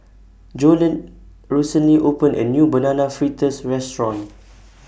Jolene recently opened A New Banana Fritters Restaurant